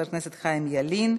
חבר הכנסת חיים ילין,